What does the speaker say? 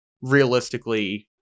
realistically